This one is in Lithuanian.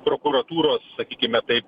prokuratūros sakykime tai